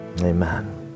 Amen